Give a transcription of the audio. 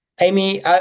Amy